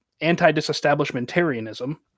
Anti-disestablishmentarianism